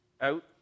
out